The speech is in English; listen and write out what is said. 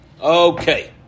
Okay